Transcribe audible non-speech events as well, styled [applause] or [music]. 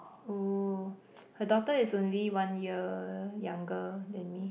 oh [noise] her daughter is only one year younger than me